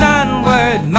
onward